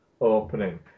opening